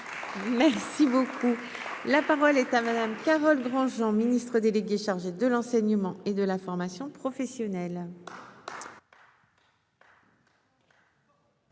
Merci beaucoup, la parole est à Madame Carole Grandjean. Jean Ministre délégué chargé de l'enseignement et de la formation professionnelle.